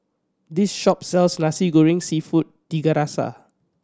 this shop sells Nasi Goreng Seafood Tiga Rasa